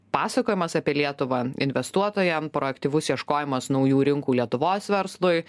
pasakojimas apie lietuvą investuotojam proaktyvus ieškojimas naujų rinkų lietuvos verslui